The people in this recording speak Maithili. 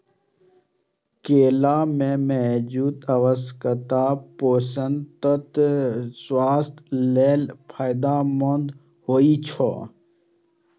केला मे मौजूद आवश्यक पोषक तत्व स्वास्थ्य लेल फायदेमंद होइ छै